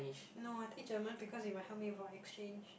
no I take German because it might help me for exchange